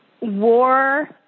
War